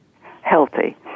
healthy